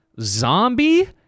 zombie